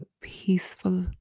peaceful